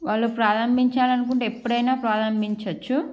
వాళ్ళు ప్రారంభించాలి అనుకుంటే ఎప్పుడైనా ప్రారంభించవచ్చు